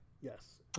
Yes